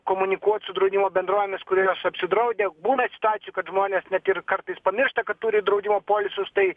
komunikuot su draudimo bendrovėmis kurios apsidraudę būna situacijų kad žmonės net ir kartais pamiršta kad turi draudimo polisus tai